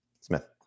Smith